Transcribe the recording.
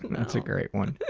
that's a great one.